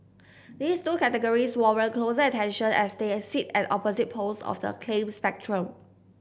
these two categories warrant closer attention as they sit at opposite poles of the claim spectrum